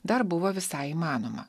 dar buvo visai įmanoma